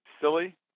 silly